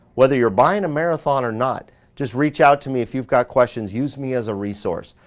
whether you're buying a marathon or not, just reach out to me if you've got questions, use me as a resource.